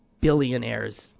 Billionaires